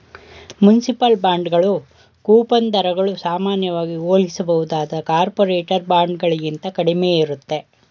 municipal ಬಾಂಡ್ಗಳು coupon ದರಗಳು ಸಾಮಾನ್ಯವಾಗಿ ಹೋಲಿಸಬಹುದಾದ ಕಾರ್ಪೊರೇಟರ್ ಬಾಂಡ್ಗಳಿಗಿಂತ ಕಡಿಮೆ ಇರುತ್ತೆ